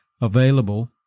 available